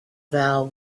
vow